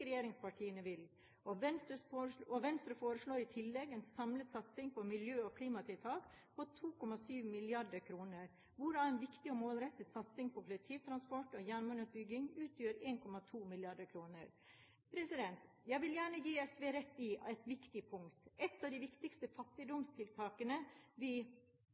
regjeringspartiene vil, og Venstre foreslår i tillegg en samlet satsing på miljø- og klimatiltak på 2,7 mrd. kr, hvorav en viktig og målrettet satsing på kollektivtransport og jernbaneutbygging utgjør 1,2 mrd. kr. Jeg vil gjerne gi SV rett på et viktig punkt. Et av de viktigste fattigdomstiltakene vi